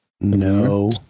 No